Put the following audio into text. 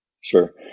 Sure